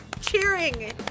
cheering